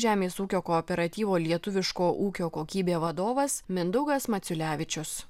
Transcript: žemės ūkio kooperatyvo lietuviško ūkio kokybė vadovas mindaugas maciulevičius